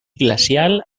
glacial